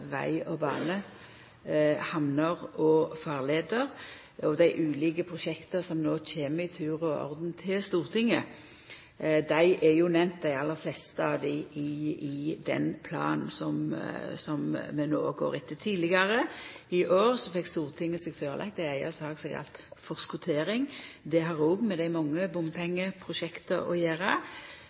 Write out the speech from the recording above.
bane, hamner og farleier. Og av dei ulike prosjekta som no i tur og orden kjem til Stortinget, er dei aller fleste nemnde i den planen vi no går etter. Tidlegare i år fekk Stortinget lagt fram for seg ei eiga sak som galdt forskottering. Det har òg med dei mange bompengeprosjekta å gjera.